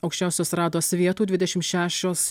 aukščiausios rados vietų dvidešim šešios